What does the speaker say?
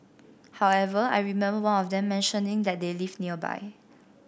however I remember one of them mentioning that they live nearby